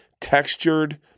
textured